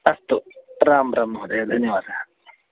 अस्तु रां रां महोदय धन्यवादः